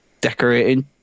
decorating